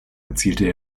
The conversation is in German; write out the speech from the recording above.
erzielte